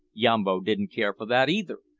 yambo didn't care for that either.